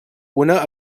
una